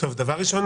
תודה רבה.